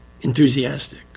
enthusiastic